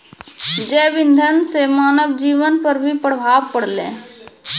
जैव इंधन से मानव जीबन पर भी प्रभाव पड़लै